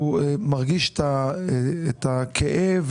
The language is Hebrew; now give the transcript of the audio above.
הוא מרגיש את הכאב,